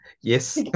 yes